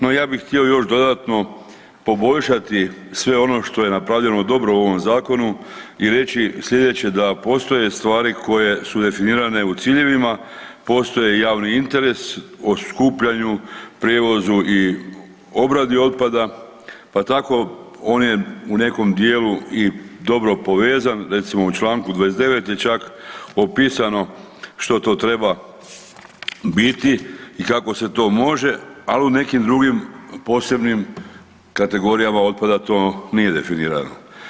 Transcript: No ja bih htio još dodatno poboljšati sve ono što je napravljeno dobro u ovom zakonu i reći sljedeće da postoje stvari koje su definirane u ciljevima, postoji javni interes o skupljanju, prijevozu i obradi otpada, pa tako on je u nekom dijelu i dobro povezan, recimo u čl. 29. je čak opisano što to treba biti i kako se to može, ali u nekim drugim posebnim kategorijama otpada to nije definirano.